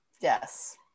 Yes